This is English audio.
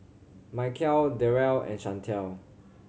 Mykel Darrell and Shantell